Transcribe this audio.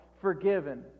Forgiven